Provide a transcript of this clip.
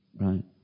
right